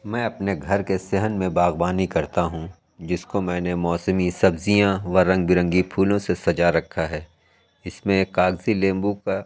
میں اپنے گھر کے صحن میں باغبانی کرتا ہوں جس کو میں نے موسمی سبزیاں و رنگ برنگی پھولوں سے سجا رکھا ہے اِس میں ایک کاغذی لیموں کا